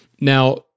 Now